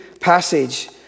passage